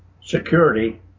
security